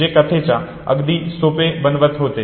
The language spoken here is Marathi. जे कथेला अगदी सोपे बनवत होते